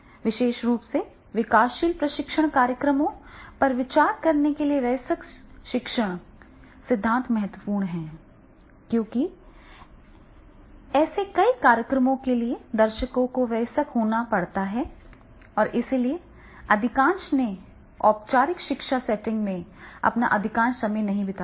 विशेष रूप से विकासशील प्रशिक्षण कार्यक्रमों पर विचार करने के लिए वयस्क शिक्षण सिद्धांत महत्वपूर्ण है क्योंकि ऐसे कई कार्यक्रमों के लिए दर्शकों को वयस्क होना पड़ता है और इसलिए अधिकांश ने औपचारिक शिक्षा सेटिंग में अपना अधिकांश समय नहीं बिताया है